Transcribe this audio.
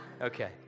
okay